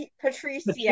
Patricia